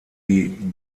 die